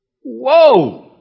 Whoa